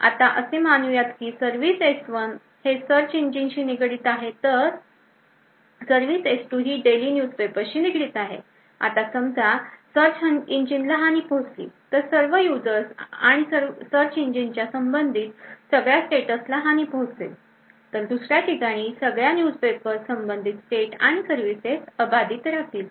आता असे मानूयात की सर्विस S1 हे सर्च इंजिनशी निगडीत आहे तर सर्विस S2 हि डेली न्यूज पेपरशी निगडीत आहे आता समजा सर्च इंजिनला हानी पोहोचली तर सर्व युजर्स आणि सर्च इंजिनच्या संबंधित सगळ्या स्टेटसला हानी पोहोचेल तर दुसऱ्या ठिकाणी सगळ्या न्युज पेपर संबंधित स्टेट आणि सर्विसेस अबाधित राहतील